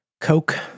coke